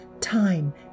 time